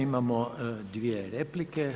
Imamo dvije replike.